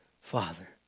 Father